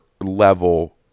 level